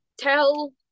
Tell